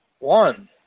One